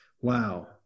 Wow